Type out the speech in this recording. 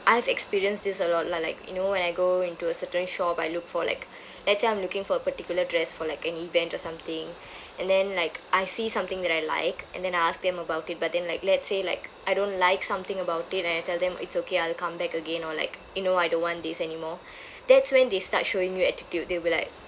I've experienced this a lot lah like you know when I go into a certain shop I look for like let's say I'm looking for a particular dress for like an event or something and then like I see something that I like and then I ask them about it but then like let's say like I don't like something about it and I tell them it's okay I'll come back again or like you know I don't want this anymore that's when they start showing you attitude they'll be like